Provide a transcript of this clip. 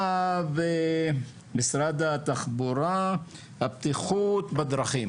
מישהו ממשרד התחבורה והבטיחות בדרכים